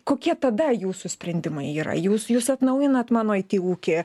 kokie tada jūsų sprendimai yra jūs jūs atnaujinot mano it ūkį